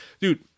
dude